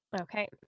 Okay